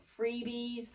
freebies